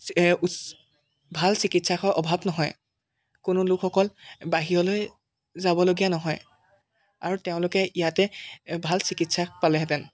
উচ ভাল চিকিৎসক অভাৱ নহয় কোনো লোকসকল বাহিৰলৈ যাবলগীয়া নহয় আৰু তেওঁলোকে ইয়াতে ভাল চিকিৎসা পালেহেঁতেন